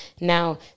Now